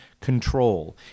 Control